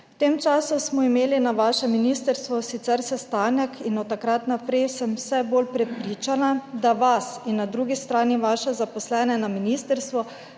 V tem času smo imeli na vašem ministrstvu sicer sestanek in od takrat naprej sem vse bolj prepričana, da vas in na drugi strani vaše zaposlene na ministrstvu